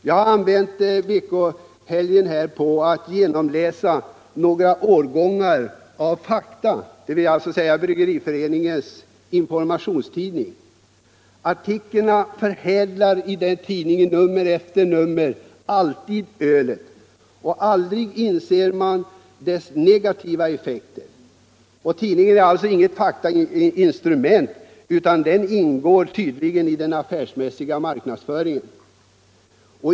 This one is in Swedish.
Jag har använt veckohelgen till att läsa igenom några årgångar av Fakta, Bryggareföreningens s.k. informationstidning. Artiklarna förhärligar ölet i nummer efter nummer, och man inser inte att det finns några negativa effekter. Tidningen är alltså inget faktainstrument utan ingår tydligen i den affärsmässiga marknadsföringen.